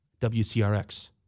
WCRX